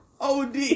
OD